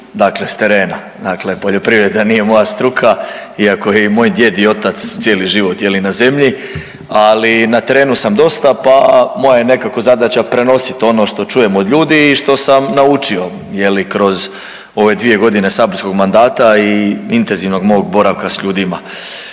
dakle s terena. Dakle, poljoprivreda nije moja struka, iako je i moj djede i otac cijeli život je li na zemlji. Ali na terenu sam dosta, pa moja je nekako zadaća prenositi ono što čujem od ljudi i što sam naučio kroz ove dvije godine saborskog mandata i intenzivnog mog boravka sa ljudima.